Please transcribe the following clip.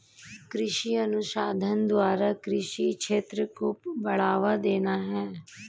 कृषि अनुसंधान द्वारा कृषि क्षेत्र को बढ़ावा देना है